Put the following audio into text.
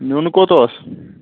نیُن کوٚت اوس